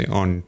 on